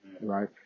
Right